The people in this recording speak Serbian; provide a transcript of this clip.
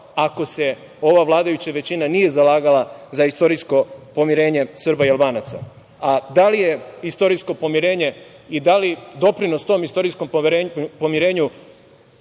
ako se ova vladajuća većina nije zalagala za istorijsko pomirenje Srba i Albanaca. A da li je istorijsko pomirenje i da li doprinos tom istorijskom pomirenju